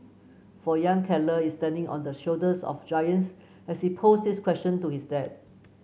for young Keller is standing on the shoulders of giants as he posed these question to his dad